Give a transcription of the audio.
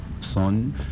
son